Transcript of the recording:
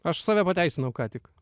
aš save pateisinau ką tik